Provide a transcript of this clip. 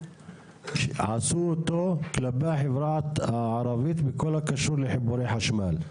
עשו אותו כלפי החברה הערבית בכל הקשור לחיבורי חשמל.